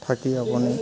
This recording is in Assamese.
থাকি আপুনি